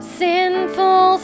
sinful